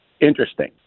interesting